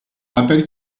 rappelle